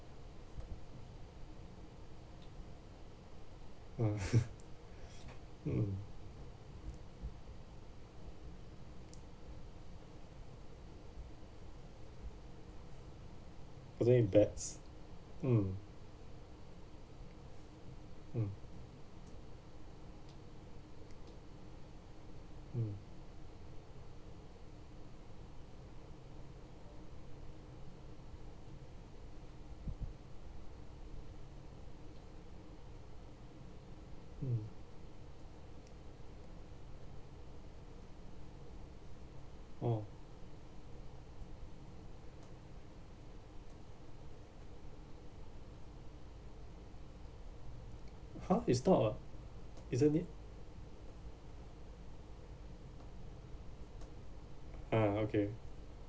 uh mm mm mm mm mm oh ha it's not ah isn't it ah okay